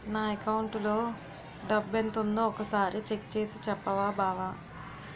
నా అకౌంటులో డబ్బెంతుందో ఒక సారి చెక్ చేసి చెప్పవా బావా